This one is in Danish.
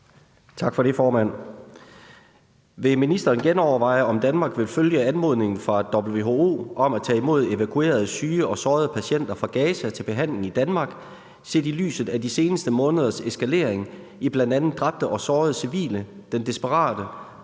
Tak for det, formand. Vil ministeren genoverveje, om Danmark vil følge anmodningen fra WHO om at tage imod evakuerede syge og sårede patienter fra Gaza til behandling i Danmark, set i lyset af de seneste måneders eskalering i bl.a. dræbte og sårede civile, den desperate